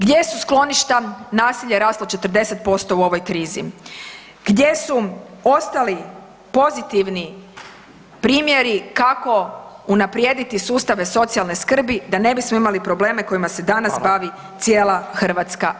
Gdje su skloništa, nasilje rast od 40% u ovoj krizi, gdje su ostali pozitivni primjeri kako unaprijediti sustave socijalne skrbi da ne bismo imali probleme kojima se danas bavi cijela [[Upadica Radin: Hvala lijepa.]] hrvatska javnost.